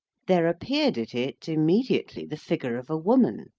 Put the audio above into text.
there appeared at it immediately the figure of a woman,